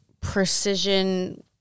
precision